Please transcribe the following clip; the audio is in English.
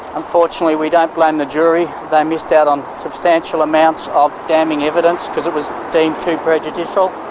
unfortunately we don't blame the jury, they missed out on substantial amounts of damning evidence because it was deemed too prejudicial,